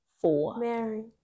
four